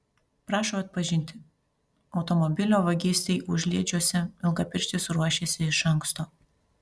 prašo atpažinti automobilio vagystei užliedžiuose ilgapirštis ruošėsi iš anksto